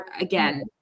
again